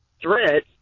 threat